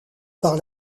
par